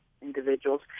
individuals